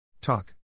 talk